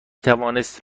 توانست